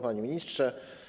Panie Ministrze!